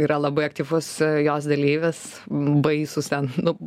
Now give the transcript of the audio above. yra labai aktyvus jos dalyvis baisūs ten nu